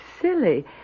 silly